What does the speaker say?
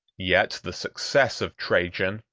yet the success of trajan,